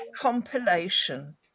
compilation